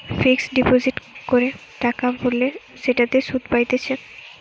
fixed deposit করে টাকা ভরলে সেটাতে সুধ পাইতেছে